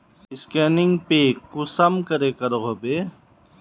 Scanning पे कुंसम करे करो होबे?